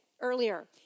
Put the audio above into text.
earlier